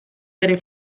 bere